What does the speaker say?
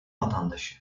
vatandaşı